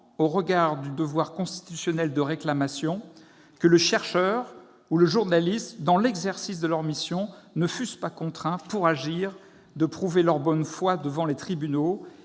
au regard du devoir constitutionnel de réclamation, que le chercheur ou le journaliste, dans l'exercice de leurs missions, ne fussent pas contraints, pour agir, de prouver leur bonne foi devant les tribunaux